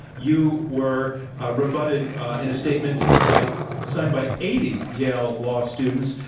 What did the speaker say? you were rebutted in a statement by signed by eighty yale law students.